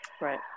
right